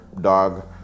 dog